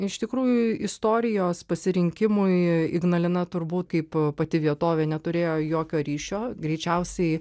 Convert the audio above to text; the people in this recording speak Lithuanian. iš tikrųjų istorijos pasirinkimui ignalina turbūt kaip pati vietovė neturėjo jokio ryšio greičiausiai